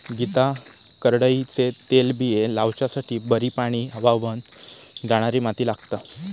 गीता करडईचे तेलबिये लावच्यासाठी बरी पाणी व्हावन जाणारी माती लागता